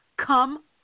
come